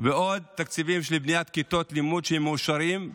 עוד תקציבים של בניית כיתות לימוד שהם מאושרים,